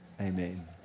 Amen